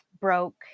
broke